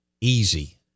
easy